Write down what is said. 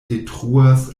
detruas